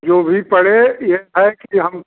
जो भी पड़े यह है कि हम